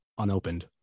unopened